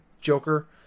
Joker